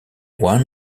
one